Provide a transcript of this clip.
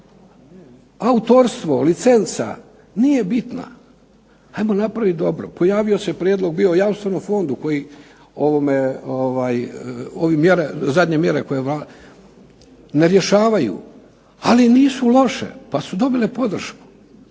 Autorstvo, licenca, nije bitna, ajmo napraviti dobro. Pojavio se prijedlog bio o jamstvenom fondu koji ove mjere, zadnje mjere koje, ne rješavaju, ali nisu loše, pa su dobile podršku.